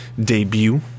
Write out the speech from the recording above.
Debut